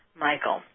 Michael